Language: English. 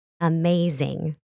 amazing